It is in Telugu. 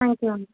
త్యాంక్ యూ అండి